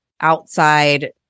outside